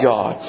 God